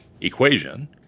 equation